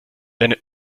eine